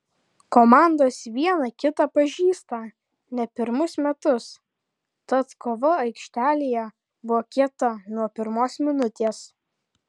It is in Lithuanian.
komandos viena kitą pažįsta ne pirmus metus tad kova aikštelėje buvo kieta nuo pirmos minutės